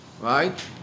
Right